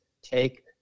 Take